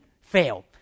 fail